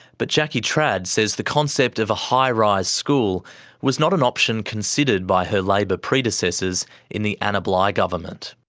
but jackie trad says the concept of a high-rise school was not an option considered by her labor predecessors in the anna bligh government.